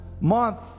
month